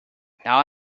now